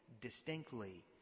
distinctly